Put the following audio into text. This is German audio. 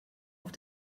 auf